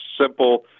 simple